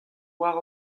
war